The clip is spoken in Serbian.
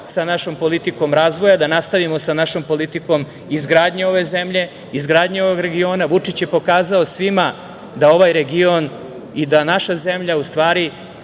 sa našom politikom razvoja, da nastavimo sa našom politikom izgradnju ove zemlje. Izgradnjom ovog regiona, Vučić je pokazao svima da ovaj region i da naša zemlja, u stvari